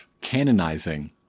canonizing